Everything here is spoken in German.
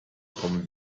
kommen